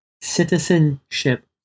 citizenship